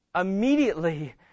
immediately